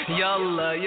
yalla